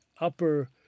upper